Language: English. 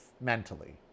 mentally